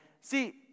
see